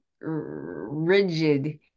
rigid